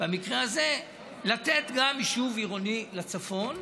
במקרה הזה לתת גם יישוב עירוני לצפון.